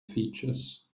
features